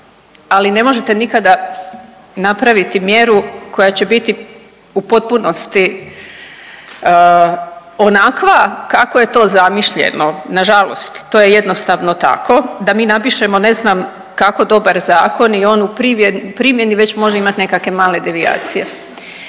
Ali, ne možete nikada napraviti mjeru koja će biti u potpunosti onakva kako je to zamišljeno, nažalost, to je jednostavno tako, da mi napišemo ne znam kako dobar zakon i on u primjeni već može imati nekakve male devijacije.